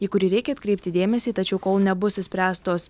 į kurį reikia atkreipti dėmesį tačiau kol nebus išspręstos